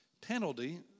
penalty